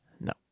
No